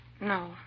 No